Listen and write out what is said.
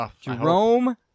Jerome